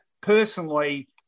Personally